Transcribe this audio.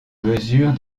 mesure